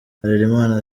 harerimana